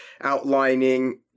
outlining